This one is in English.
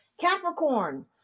Capricorn